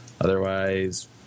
Otherwise